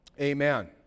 Amen